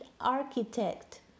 architect